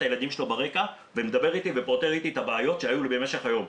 הילדים שלו ברקע והוא מדבר איתי ופותר לי את הבעיות שהיו לי במשך היום.